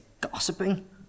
gossiping